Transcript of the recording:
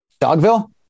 dogville